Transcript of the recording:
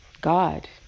God